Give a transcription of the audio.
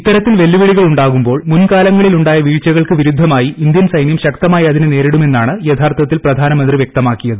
ഇത്തരത്തിൽ വെല്ലുവിളികൾ ഉണ്ടാകുമ്പോൾ മുൻ കാലങ്ങളിൽ ഉണ്ടായ വീഴ്ചകൾക്ക് വിരുദ്ധമായി ഇന്ത്യൻ സൈന്യം ശക്തമായി അതിനെ നേരിടുമെന്നാണ് യഥാർത്ഥത്തിൽ പ്രധാനമന്ത്രി വ്യക്തമാക്കിയത്